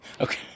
Okay